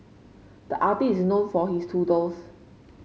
the artist is known for his doodles